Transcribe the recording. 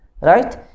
Right